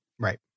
Right